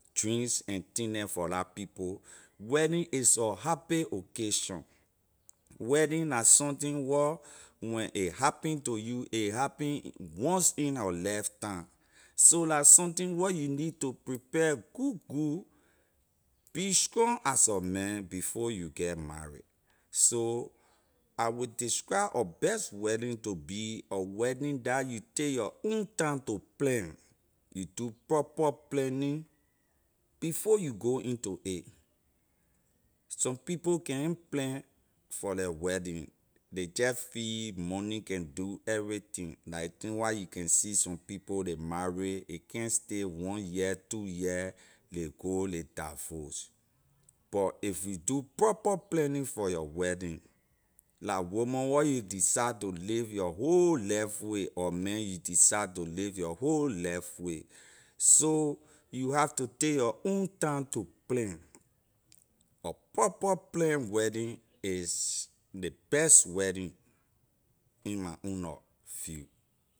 Drinks and thing neh for la people wedding is a happy occasion wedding la something wor when a happen to you a happen once in a lifetime so la something where you need to prepare good be strong as a man before you get marry so i’ll describe a best wedding to be a wedding dah you take your own time to plan you do proper planning before you go into a some people can’t plan for leh wedding ley jeh feel money can do everything la ley where you can see some people ley marry ley can’t stay one year two year ley go ley divorce but if you do proper planning for your wedding la woman wor you decide to live your whole life with or man you decide to live your whole life with so you have to take you own time to plan a proper plan wedding is ley best wedding iny own nor view.